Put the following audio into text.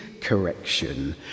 correction